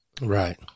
right